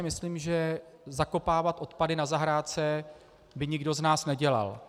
Myslím, že zakopávat odpady na zahrádce by nikdo z nás nedělal.